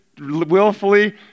willfully